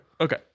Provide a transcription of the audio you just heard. Okay